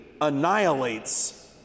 annihilates